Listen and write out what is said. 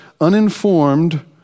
uninformed